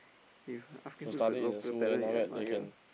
he's asking who is the local talent you admire